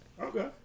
Okay